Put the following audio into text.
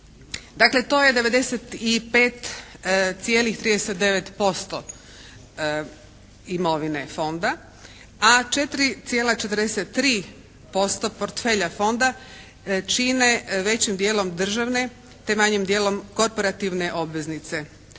Dakle to je 95,39% imovine Fonda. A 4,43% portfelja Fonda čine većim dijelom državne, te manjim dijelom korporativne obveznice